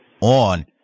on